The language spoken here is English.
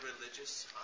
religious